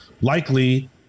likely